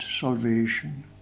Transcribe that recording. salvation